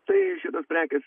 tai šitos prekės